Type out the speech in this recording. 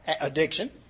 addiction